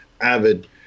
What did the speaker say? avid